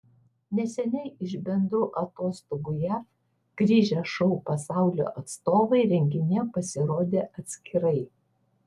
neseniai iš bendrų atostogų jav grįžę šou pasaulio atstovai renginyje pasirodė atskirai